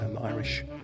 irish